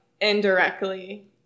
indirectly